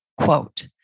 Quote